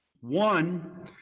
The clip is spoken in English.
One